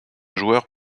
joueur